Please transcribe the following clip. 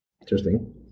interesting